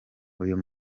uyu